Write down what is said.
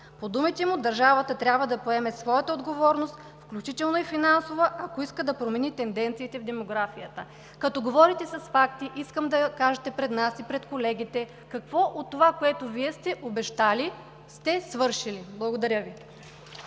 По думите му държавата трябва да поеме своята отговорност, включително и финансова, ако иска да промени тенденциите в демографията“. Като говорите с факти, искам да кажете пред нас и пред колегите какво от това, което Вие сте обещали, сте свършили. Благодаря Ви.